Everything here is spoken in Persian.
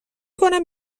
کنم